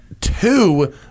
two